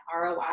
ROI